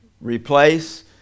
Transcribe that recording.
replace